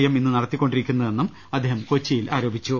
M ഇന്ന് നടത്തിക്കൊണ്ടിരിക്കുന്നതെന്ന് അദ്ദേഹം കൊച്ചിയിൽ ആരോപിച്ചു